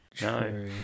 No